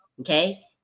Okay